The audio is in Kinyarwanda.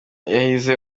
yahize